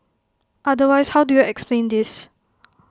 otherwise how do you explain this